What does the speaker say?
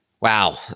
Wow